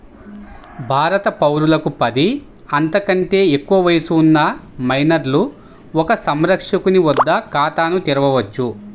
భారత పౌరులకు పది, అంతకంటే ఎక్కువ వయస్సు ఉన్న మైనర్లు ఒక సంరక్షకుని వద్ద ఖాతాను తెరవవచ్చు